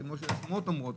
כמו שהשמועות אומרות,